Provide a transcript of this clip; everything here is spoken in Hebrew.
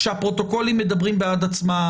כשהפרוטוקולים מדברים בעד עצמם.